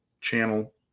channel